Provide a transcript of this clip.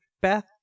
Beth